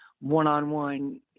one-on-one